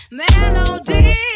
melody